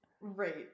Right